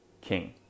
king